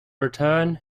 return